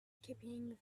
keeping